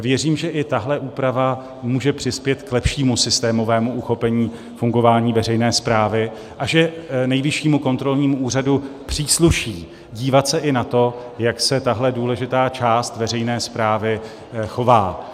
Věřím, že i tahle úprava může přispět k lepšímu systémovému uchopení fungování veřejné správy a že Nejvyššímu kontrolnímu úřadu přísluší dívat se i na to, jak se tahle důležitá část veřejné správy chová.